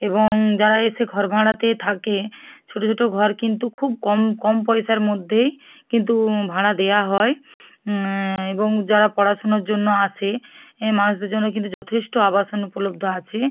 এবং যারা এসে ঘর ভাড়াতে থাকে ছোটো ছোটো ঘর কিন্তু খুব কম কম পয়সার মধ্যেই কিন্তু ভাড়া দেওয়া হয় এবং যারা পড়াশুনোর জন্য আসে মানুষদের জন্য কিন্তু যথেষ্ট আবাসন উপলব্ধ আছে